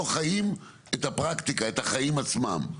לא חיים את הפרקטיקה, את החיים עצמם.